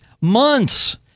months